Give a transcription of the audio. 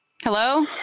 Hello